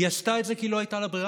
היא עשתה את זה כי לא הייתה לה ברירה,